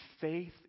faith